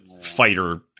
Fighter